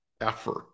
effort